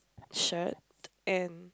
shirt and